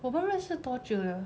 我们认识多久了